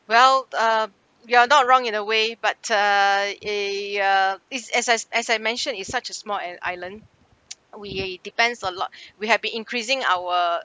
well uh you are not wrong in a way but ah eh ya is as as as I mentioned it's such a small an island we eh depends a lot we have been increasing our